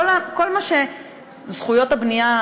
כל מה שזכויות הבנייה,